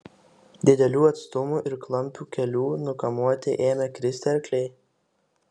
didelių atstumų ir klampių kelių nukamuoti ėmė kristi arkliai